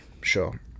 sure